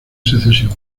secesión